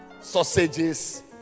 sausages